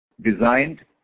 designed